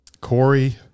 Corey